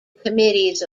committees